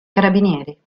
carabinieri